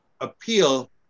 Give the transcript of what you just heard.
appeal